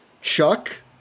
Chuck